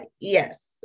Yes